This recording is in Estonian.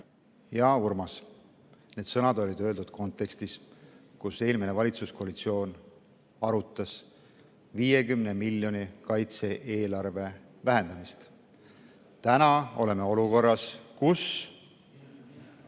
Hea Urmas! Need sõnad olid öeldud kontekstis, kus eelmine valitsuskoalitsioon arutas 50 miljoni võrra kaitse-eelarve vähendamist. Täna oleme olukorras, kus